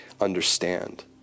understand